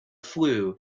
flue